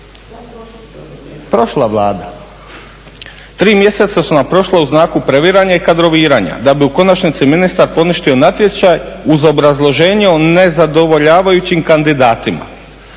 dobro. Tri mjeseca su nam prošla u znaku previranja i kadroviranja, da bi u konačnici ministar poništio natječaj uz obrazloženje o nezadovoljavajućim kandidatima.